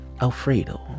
Alfredo